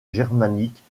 germaniques